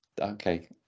Okay